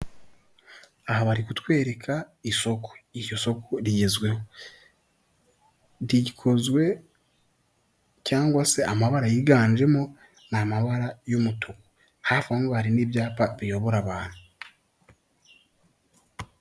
Aha bari kutwereka isoko iryo soko rigezweho rikozwe cyangwa se amabara yiganjemo ni amabara y'umutuku, hafi ahongaho hari n'ibyapa biyobora abantu.